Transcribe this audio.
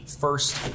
first